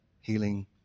healing